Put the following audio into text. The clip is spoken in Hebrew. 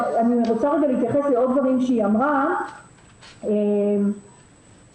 אני רוצה להתייחס לעוד דברים שאמרה נציגת משרד הבריאות.